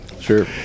Sure